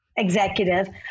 executive